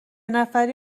نفری